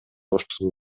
оштун